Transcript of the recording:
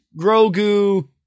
Grogu